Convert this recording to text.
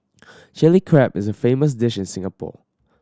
Chilli Crab is a famous dish in Singapore